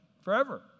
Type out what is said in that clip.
forever